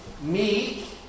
meek